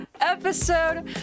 episode